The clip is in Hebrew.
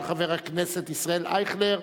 של חבר הכנסת ישראל אייכלר,